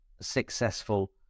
successful